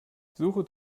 suche